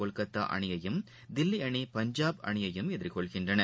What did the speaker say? கொல்கத்தாஅணியையும் தில்லிஅணி பஞ்சாப் அணியையும் எதிர்கொள்கின்றன